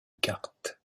cartes